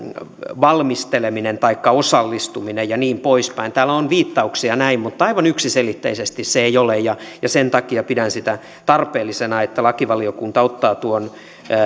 valmisteleminen taikka osallistuminen ja niin poispäin täällä on viittauksia näin mutta aivan yksiselitteistä se ei ole ja sen takia pidän sitä tarpeellisena että lakivaliokunta ottaa tuon